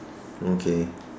okay